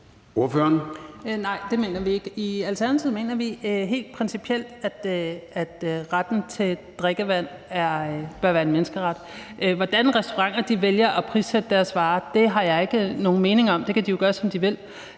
I Alternativet mener vi helt principielt, at retten til drikkevand bør være en menneskeret. Hvordan restauranter vælger at prissætte deres varer, har jeg ikke nogen mening om; det kan de jo gøre, som de vil.